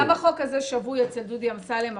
לצערי גם החוק הזה שבוי אצל דודי אמסלם,